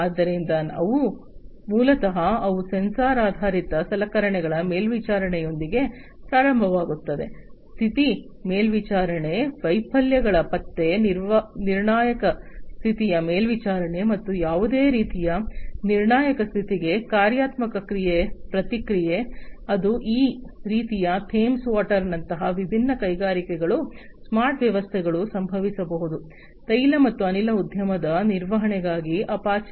ಆದ್ದರಿಂದ ಇವು ಮೂಲತಃ ಅವು ಸೆನ್ಸಾರ್ ಆಧಾರಿತ ಸಲಕರಣೆಗಳ ಮೇಲ್ವಿಚಾರಣೆಯೊಂದಿಗೆ ಪ್ರಾರಂಭವಾಗುತ್ತವೆ ಸ್ಥಿತಿ ಮೇಲ್ವಿಚಾರಣೆ ವೈಫಲ್ಯಗಳ ಪತ್ತೆ ನಿರ್ಣಾಯಕ ಸ್ಥಿತಿಯ ಮೇಲ್ವಿಚಾರಣೆ ಮತ್ತು ಯಾವುದೇ ರೀತಿಯ ನಿರ್ಣಾಯಕ ಸ್ಥಿತಿಗೆ ಕ್ರಿಯಾತ್ಮಕ ಪ್ರತಿಕ್ರಿಯೆ ಅದು ಈ ರೀತಿಯ ಥೇಮ್ಸ್ ವಾಟರ್ ನಂತಹ ವಿಭಿನ್ನ ಕೈಗಾರಿಕೆಗಳು ಸ್ಮಾರ್ಟ್ ವ್ಯವಸ್ಥೆಗಳು ಸಂಭವಿಸಬಹುದು ತೈಲ ಮತ್ತು ಅನಿಲ ಉದ್ಯಮದ ನಿರ್ವಹಣೆಗಾಗಿ ಅಪಾಚೆ